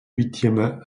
huitième